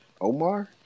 Omar